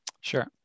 Sure